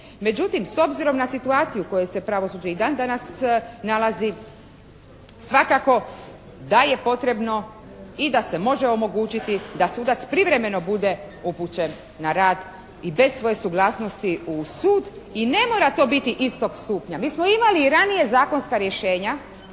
Međutim, s obzirom na situaciju u kojoj se pravosuđe i dan danas nalazi svakako da je potrebno i da se može omogućiti da sudac privremeno bude upućen na rad i bez svoje suglasnosti u sud i ne mora to biti istog stupnja. Mi smo imali i ranije zakonska rješenja